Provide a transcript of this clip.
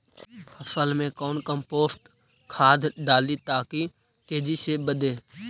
फसल मे कौन कम्पोस्ट खाद डाली ताकि तेजी से बदे?